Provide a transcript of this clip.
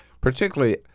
particularly